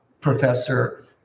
Professor